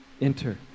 enter